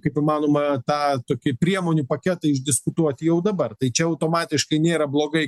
kaip įmanoma tą tokį priemonių paketą išdiskutuoti jau dabar tai čia automatiškai nėra blogai